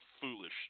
foolish